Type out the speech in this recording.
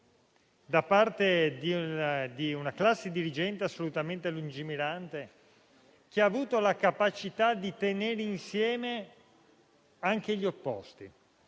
da parte di una classe dirigente assolutamente lungimirante, che ha avuto la capacità di tenere insieme anche gli opposti.